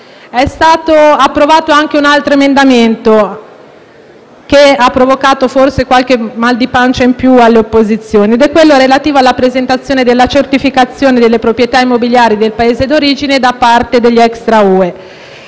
È stato approvato anche un altro emendamento, che ha provocato forse qualche mal di pancia in più alle opposizioni. Mi riferisco a quello relativo alla presentazione della certificazione delle proprietà immobiliari del Paese d'origine da parte dei cittadini